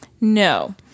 no